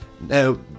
Now